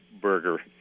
burger